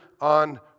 on